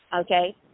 okay